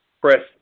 press